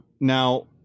now